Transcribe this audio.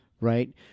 right